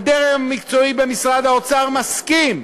הדרג המקצועי במשרד האוצר מסכים,